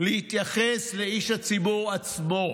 להתייחס לאיש הציבור עצמו,